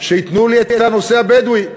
שייתנו לי את הנושא הבדואי.